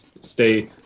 stay